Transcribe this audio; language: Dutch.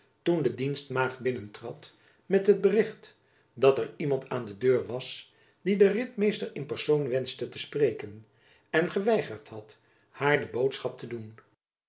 toen de dienstmaagd binnentrad met het bericht dat er iemand aan de deur jacob van lennep elizabeth musch was die den ritmeester in persoon wenschte te spreken en geweigerd had haar de boodschap te doen